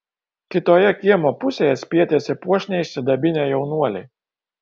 kitoje kiemo pusėje spietėsi puošniai išsidabinę jaunuoliai